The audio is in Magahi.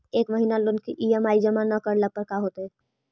एक महिना लोन के ई.एम.आई न जमा करला पर का होतइ?